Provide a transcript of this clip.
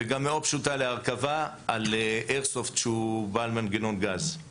וגם מאוד פשוטה להרכבה על איירסופט שהוא בעל מנגנון גז.